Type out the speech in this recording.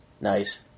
Nice